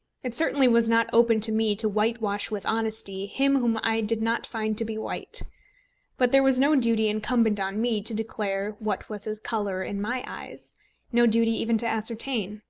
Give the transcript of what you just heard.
it certainly was not open to me to whitewash with honesty him whom i did not find to be white but there was no duty incumbent on me to declare what was his colour in my eyes no duty even to ascertain.